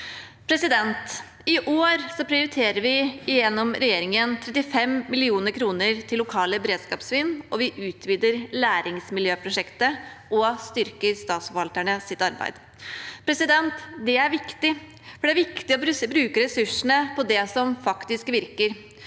I år prioriterer vi gjennom regjeringen 35 mill. kr til lokale beredskapsteam, og vi utvider Læringsmiljøprosjektet og styrker statsforvalternes arbeid. Det er viktig, for det er viktig å bruke ressursene på det som faktisk virker.